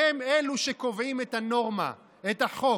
והם אלו שקובעים את הנורמה, את החוק.